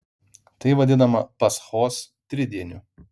tai vadinama paschos tridieniu